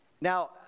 Now